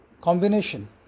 combination